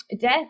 death